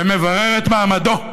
ומברר את מעמדו.